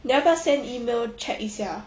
你要不要 send email check 一下